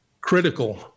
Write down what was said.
critical